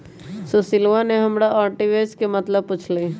सुशीलवा ने हमरा आर्बिट्रेज के मतलब पूछ लय